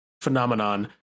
phenomenon